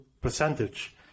percentage